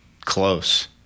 close